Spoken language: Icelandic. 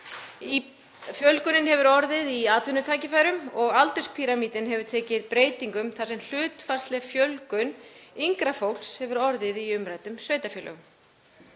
Fjölgun hefur orðið í atvinnutækifærum og aldurspíramídinn hefur tekið breytingum þar sem hlutfallsleg fjölgun yngra fólks hefur orðið í umræddum sveitarfélögum.